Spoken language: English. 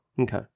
Okay